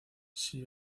she